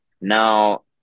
now